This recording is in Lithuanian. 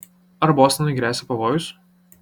ar bostonui gresia pavojus